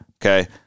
okay